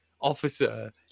officer